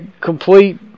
complete